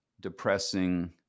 depressing